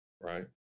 Right